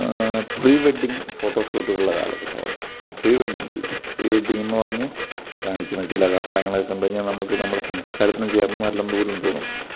pre-wedding ഫോട്ടോഷൂട്ടുകളുടെ കാലഘട്ടമാണ് prewedding ഇല്ലെ പ്രീവെഡ്ഡിങ്ങെന്ന് പറഞ്ഞു കാണിക്കുന്ന ചില കാട്ടയങ്ങളൊക്കെ കണ്ടു കഴിഞ്ഞാൽ നമുക്ക് നമ്മുടെ സംസ്കാരത്തിന് ചേർന്നതല്ലെന്നു പോലും തോന്നും